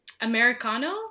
americano